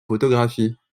photographies